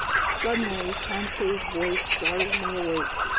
suddenly conseil's voice startled me awake.